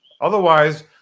otherwise